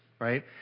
right